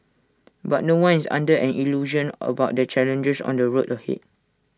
but no one is under an illusion about the challenges on the road ahead